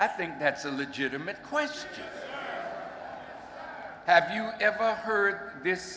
i think that's a legitimate question have you ever heard this